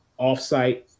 offsite